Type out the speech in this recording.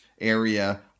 area